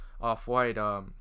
off-white